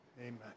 Amen